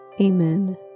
Amen